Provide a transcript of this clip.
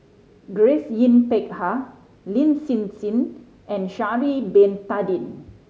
Grace Yin Peck Ha Lin Hsin Hsin and Sha'ari Bin Tadin